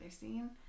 scene